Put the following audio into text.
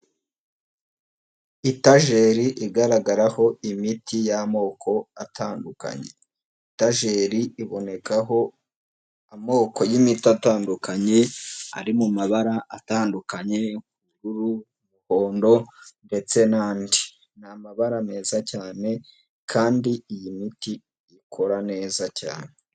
Itajeri igaragaraho imiti y'amoko atandukanye, itajeri ibonekaho amoko y'imiti atandukanye ari mu mabara atandukanye; ubururu, y'uruhondo ndetse n'andi, ni amabara meza cyane kandi iyi miti ikora neza cyane.